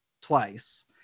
twice